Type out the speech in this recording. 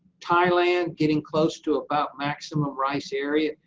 thailand, getting close to about maximum rice area,